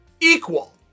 Equal